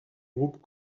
groupes